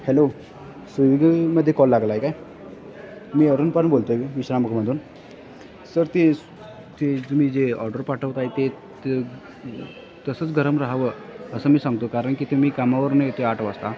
hello स्विगीमध्ये call लागला आहे काय मी अरुण पारन बोलतो आहे विश्रामबागमधून सर ते ते तुम्ही जे ऑर्डर पाठवत आहे ते ते तसंच गरम राहावं असं मी सांगतो कारण की ते मी कामावरून येतो आहे आठ वाजता